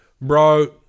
bro